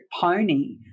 pony